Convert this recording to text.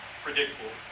predictable